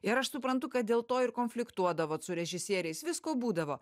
ir aš suprantu kad dėl to ir konfliktuodavot su režisieriais visko būdavo